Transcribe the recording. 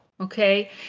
okay